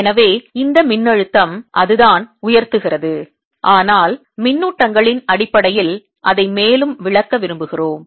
எனவே இந்த மின்னழுத்தம் அதுதான் உயர்த்துகிறது ஆனால் மின்னூட்டங்கள் இன் அடிப்படையில் அதை மேலும் விளக்க விரும்புகிறோம்